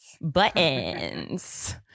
Buttons